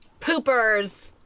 Poopers